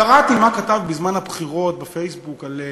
קראתי מה כתבת בזמן הבחירות בפייסבוק על,